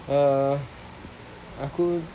uh aku